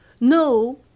no